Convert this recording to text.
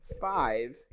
five